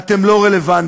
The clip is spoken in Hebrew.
אתם לא רלוונטיים.